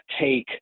take